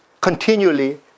continually